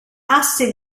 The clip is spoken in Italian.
asse